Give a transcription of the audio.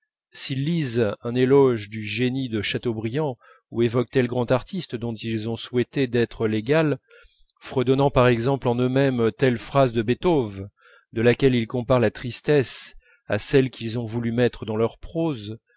s'ils lisent un éloge du génie de chateaubriand ou évoquant tel grand artiste dont ils ont souhaité d'être l'égal fredonnant par exemple en eux-mêmes telle phrase de beethoven de laquelle ils comparent la tristesse à celle qu'ils ont voulu mettre dans leur prose